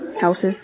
Houses